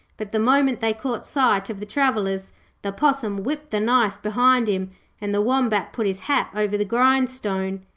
but the moment they caught sight of the travellers the possum whipped the knife behind him and the wombat put his hat over the grindstone.